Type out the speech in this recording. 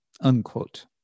unquote